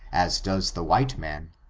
as does the white man,